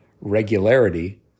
regularity